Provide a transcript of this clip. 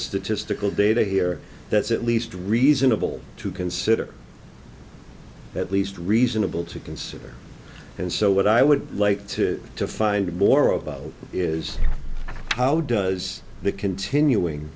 statistical data here that's at least reasonable to consider at least reasonable to consider and so what i would like to find more about is how does the continuing